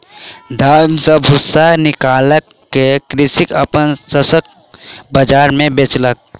धान सॅ भूस्सा निकाइल के कृषक अपन शस्य बाजार मे बेचलक